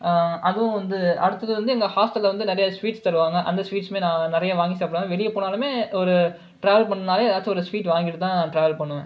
அதுவும் வந்து அடுத்தது வந்து எங்கள் ஹாஸ்டலில் வந்து நிறைய ஸ்சுவீட்ஸ் தருவாங்க அந்த ஸ்வீட்ஸ்மே நான் நிறைய வாங்கி சாப்பிடுவ வெளியே போனாலுமே ஒரு டிராவல் பண்ணாலே ஏதாச்சும் ஒரு ஸ்சுவீட் வாங்கிட்டு தான் டிராவல் பண்ணுவ